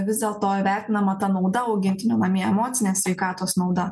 vis dėlto įvertinama ta nauda augintinių namie emocinės sveikatos nauda